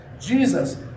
Jesus